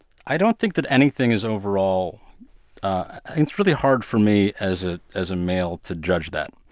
i don't think that anything is overall i think it's really hard for me as ah as a male to judge that.